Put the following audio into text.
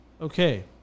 Okay